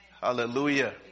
Hallelujah